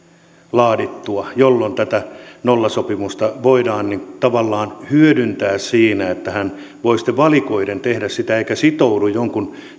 laadittua jolloin tätä nollasopimusta voidaan tavallaan hyödyntää siinä että hän voi sitten valikoiden tehdä sitä eikä sitoudu jonkun